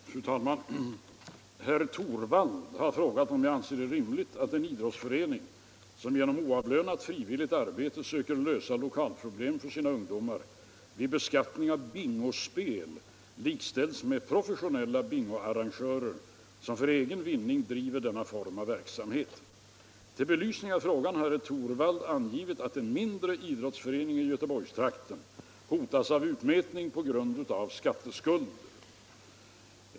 Fru talman! Herr Torwald har frågat mig om jag anser det rimligt att en idrottsförening — som genom oavlönat frivilligt arbete söker lösa lokalproblem för sina ungdomar — vid beskattning av bingospel likställs med professionella bingoarrangörer, som för egen vinning driver denna form av verksamhet. Till belysning av frågan har herr Torwald angivit att en mindre idrottsförening i Göteborgstrakten hotas av utmätning på grund av skatteskulder.